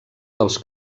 dels